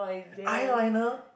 eyeliner